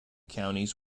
counties